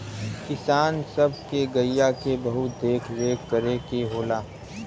किसान सब के गइया के बहुत देख रेख करे के होला